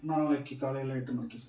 நாளைக்கு காலையில் ஒரு எட்டு மணிக்கு சார்